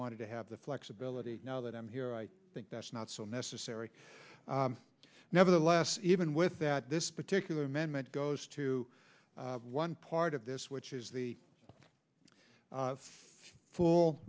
wanted to have the flexibility now that i'm here i think that's not so necessary nevertheless even with that this particular amendment goes to one part of this which is the full